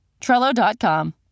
Trello.com